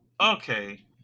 Okay